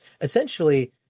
essentially